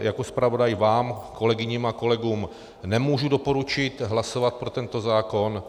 Jako zpravodaj vám, kolegyním a kolegům, nemůžu doporučit hlasovat pro tento zákon.